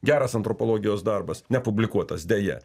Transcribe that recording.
geras antropologijos darbas nepublikuotas deja